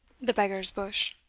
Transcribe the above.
the beggar's bush.